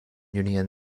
union